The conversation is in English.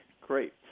Great